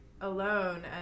alone